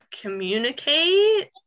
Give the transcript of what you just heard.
communicate